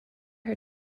her